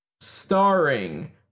starring